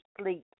sleep